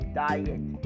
diet